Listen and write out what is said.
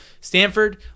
Stanford